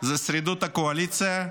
זה שרידות הקואליציה,